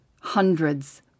hundreds